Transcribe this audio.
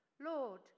Lord